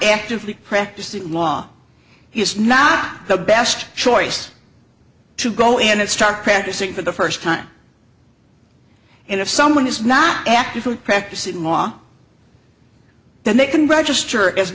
actively practicing law he is not the best choice to go in and start practicing for the first time and if someone is not actively practicing law then they can register as